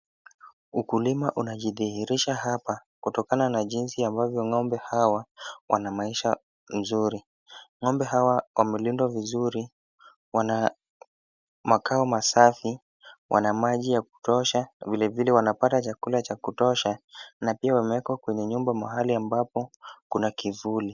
Ukulima unajidhihirisha hapa kutokana na jinsi ambavyo ng'ombe hawa wana maisha nzuri. Ng'ombe hawa wamelindwa vizuri. Wana makao masafi, wana maji ya kutosha na vilevile wanapata chakula cha kutosha na pia wamewekwa kwenye nyumba mahali ambapo kuna kivuli.